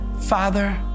Father